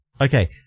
Okay